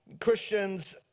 Christians